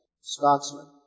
Scotsman